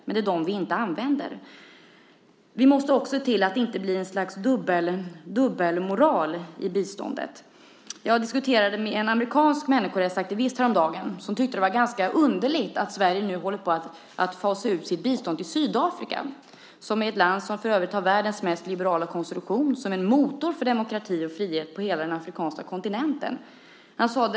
Men det är de vi inte använder. Vi måste också se till att det inte blir ett slags dubbelmoral i biståndet. Jag diskuterade med en amerikansk människorättsaktivist häromdagen som tyckte att det var ganska underligt att Sverige nu håller på att fasa ut sitt bistånd till Sydafrika. Det är ett land som för övrigt har världens mest liberala konstitution och är en motor för demokrati och frihet på hela den afrikanska kontinenten.